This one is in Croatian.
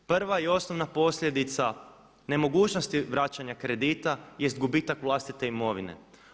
Prva i osnovna posljedica nemogućnosti vraćanja kredita jest gubitak vlastite imovine.